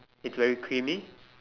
it's very creamy